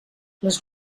les